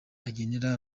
agenera